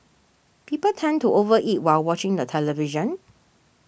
people tend to over eat while watching the television